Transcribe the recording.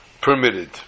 permitted